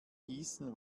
gießen